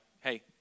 hey